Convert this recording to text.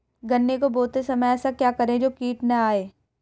गन्ने को बोते समय ऐसा क्या करें जो कीट न आयें?